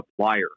supplier